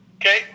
okay